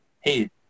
hey